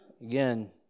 Again